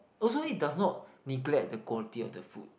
also it does not neglect the quality of the food